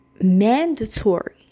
Mandatory